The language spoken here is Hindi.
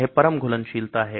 यह परम घुलनशीलता है